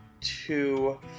two